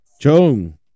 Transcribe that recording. Chung